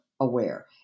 aware